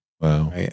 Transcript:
Wow